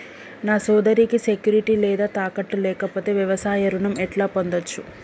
నా సోదరికి సెక్యూరిటీ లేదా తాకట్టు లేకపోతే వ్యవసాయ రుణం ఎట్లా పొందచ్చు?